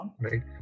right